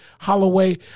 Holloway